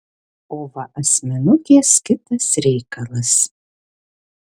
o va asmenukės kitas reikalas